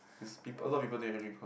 is people a lot people doing engine comp